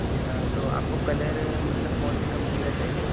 اچھا تو آپ کو کلر مطلب کون سی کمپنی کا چاہیے